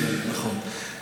זה יוסיף להם, נכון.